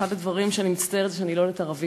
אחד הדברים שאני מצטערת עליהם הוא שאני לא יודעת ערבית.